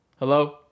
hello